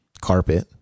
carpet